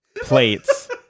plates